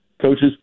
coaches